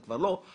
זה כבר לא השוק,